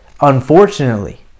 unfortunately